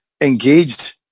engaged